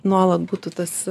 nuolat būtų tas